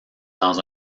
dans